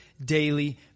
daily